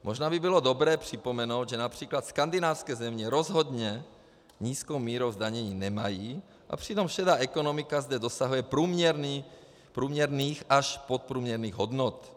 Možná by bylo dobré připomenout, že například skandinávské země rozhodně nízkou míru zdanění nemají, a přitom šedá ekonomika tam dosahuje průměrných až podprůměrných hodnot.